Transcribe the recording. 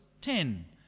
Ten